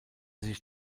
sich